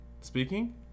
Speaking